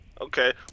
Okay